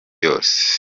yose